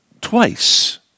twice